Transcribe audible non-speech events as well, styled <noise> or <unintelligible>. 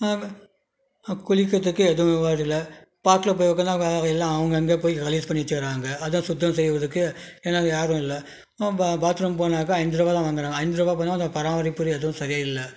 குளிக்கிறதுக்கு எதுவும் இல்லை பார்க்ல போய் உட்காந்தா அங்கே எல்லாம் அவங்க அங்கே போய் <unintelligible> வச்சிட்றாங்க அதை சுத்தம் செய்கிறதுக்கு ஏன்னா அங்கே யாரும் இல்லை பா பாத்ரூம் போனக்கா அஞ்சு ரூபாலாம் வாங்குறாங்க அஞ்சு ரூபாக்கு உண்டான பராமரிப்பு எதுவும் சரியாக இல்லை